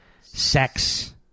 sex